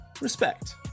respect